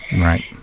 Right